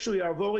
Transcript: כשהוא יעבור,